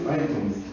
items